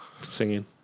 singing